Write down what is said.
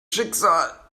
schicksal